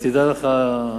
תדע לך,